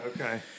Okay